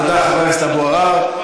תודה, חבר הכנסת אבו עראר.